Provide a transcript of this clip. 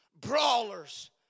brawlers